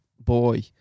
boy